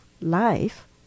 life